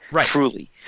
truly